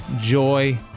joy